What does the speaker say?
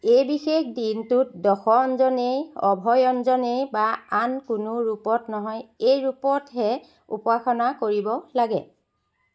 এই বিশেষ দিনটোত দশ অঞ্জনেয় অভয় অঞ্জনেয় বা আন কোনো ৰূপত নহয় এই ৰূপতহে উপাসনা কৰিব লাগে